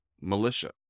militia